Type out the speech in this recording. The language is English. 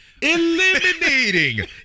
eliminating